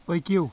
پٔکِو